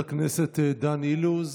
חבר הכנסת דן אילוז,